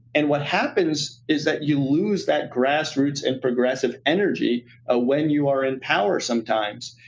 and what happens is that you lose that grassroots and progressive energy ah when you are in power sometimes.